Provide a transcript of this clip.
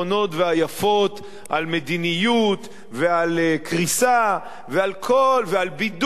והיפות על מדיניות ועל קריסה ועל בידוד,